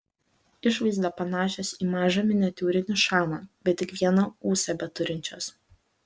išvaizda panašios į mažą miniatiūrinį šamą bet tik vieną ūsą beturinčios